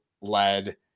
led